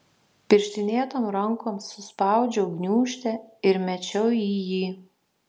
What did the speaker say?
pirštinėtom rankom suspaudžiau gniūžtę ir mečiau į jį